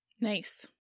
Nice